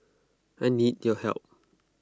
I need your help